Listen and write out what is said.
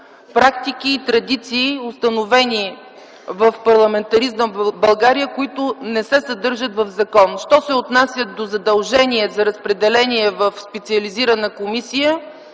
практики и традиции, установени в парламентаризма в България, които не се съдържат в закон. Що се отнася до задължение за разпределение в специализирана комисия,